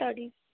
study